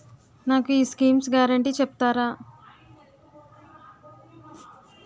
నాకు ఈ schemes guarantee చెప్తారా?